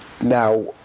Now